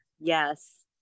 yes